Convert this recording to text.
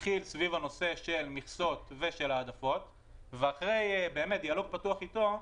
התחיל סביב הנושא של מכסות והעדפות ואחרי באמת דיאלוג פתוח איתו,